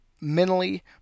mentally